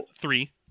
three